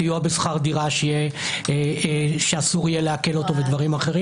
סיוע בשכר דירה שאסור יהיה לעקל אותו וגם דברים אחרים.